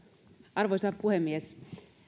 arvoisa puhemies